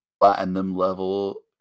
platinum-level